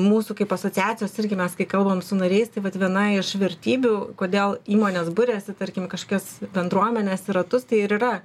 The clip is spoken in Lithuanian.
mūsų kaip asociacijos irgi mes kai kalbam su nariais tai vat viena iš vertybių kodėl įmonės buriasi tarkim į kažkokias bendruomenes į ratus tai ir yra